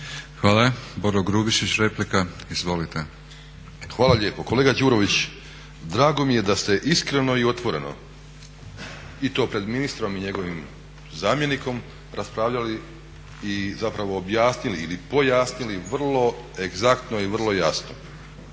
Izvolite. **Grubišić, Boro (HDSSB)** Hvala lijepo. Kolega Đurović, drago mi je da ste iskreno i otvoreno i to pred ministrom i njegovim zamjenikom raspravljali i zapravo objasnili ili pojasnili vrlo egzaktno i vrlo jasno